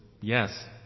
yes